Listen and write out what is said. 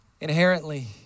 inherently